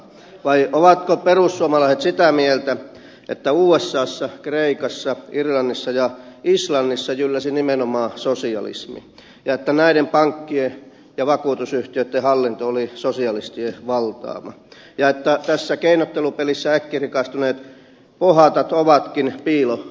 vai ovatko perussuomalaiset sitä mieltä että usassa kreikassa irlannissa ja islannissa jylläsi nimenomaan sosialismi ja että näiden pankkien ja vakuutusyhtiöitten hallinto oli sosialistien valtaama ja että tässä keinottelupelissä äkkirikastuneet pohatat ovatkin piilososialisteja